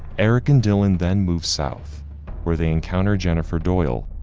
eric and dylan then moves south where they encounter jennifer doyle,